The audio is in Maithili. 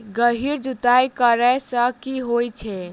गहिर जुताई करैय सँ की होइ छै?